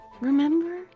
Remember